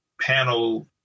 panel